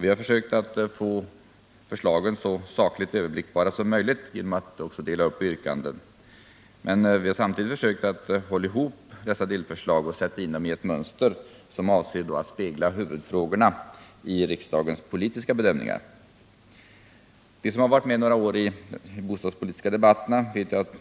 Vi har försökt att få förslagen så sakligt överblickbara som möjligt genom att också dela upp yrkanden. Men vi har samtidigt försökt att hålla ihop dessa delförslag och sätta in dem i ett mönster som avser att spegla huvudfrågorna i riksdagens politiska bedömningar. De som varit med några år i de bostadpolitiska debatterna vet att